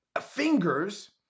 fingers